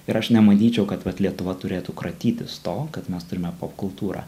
ir aš nemanyčiau kad vat lietuva turėtų kratytis to kad mes turime popkultūrą